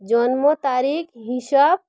জন্ম তারিখ হিসব